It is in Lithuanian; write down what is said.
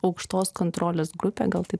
aukštos kontrolės grupė gal taip